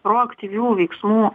proaktyvių veiksmų